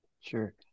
sure